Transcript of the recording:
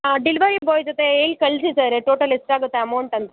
ಹಾಂ delivery boy ಜೊತೆ ಹೇಳ್ ಕಳಿಸಿ ಸರ್ ಟೋಟಲ್ ಎಷ್ಟಾಗತ್ತೆ ಅಮೌಂಟ್ ಅಂತ